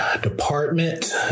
department